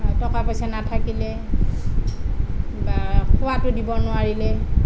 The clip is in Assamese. টকা পইচা নাথাকিলে বা খোৱাটো দিব নোৱাৰিলে